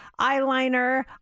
eyeliner